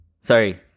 Sorry